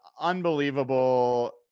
unbelievable